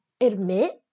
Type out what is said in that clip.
admit